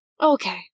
Okay